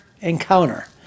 encounter